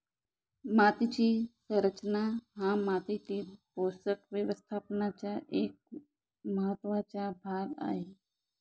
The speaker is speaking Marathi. मातीची संरचना हा मातीतील पोषक व्यवस्थापनाचा एक महत्त्वाचा भाग आहे